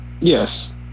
Yes